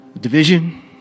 Division